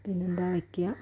പിന്നെയെന്താ വയ്ക്കുക